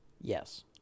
Yes